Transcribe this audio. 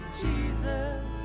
Jesus